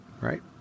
Right